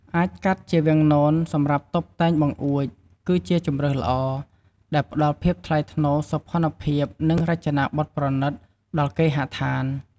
អាចកាត់ជាវាំងននសម្រាប់តុបតែងបង្អួច គឺជាជម្រើសល្អ ដែលផ្តល់ភាពថ្លៃថ្នូរ សោភ័ណភាព និងរចនាបថប្រណិត ដល់គេហដ្ឋាន។